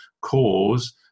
cause